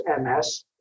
MS